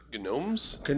Gnomes